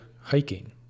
hiking